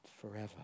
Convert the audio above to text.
forever